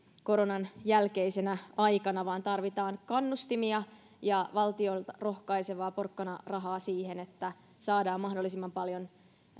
koronan jälkeisenä aikana vaan tarvitaan kannustamia ja valtion rohkaisevaa porkkanarahaa siihen että saadaan mahdollisimman paljon